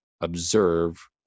observe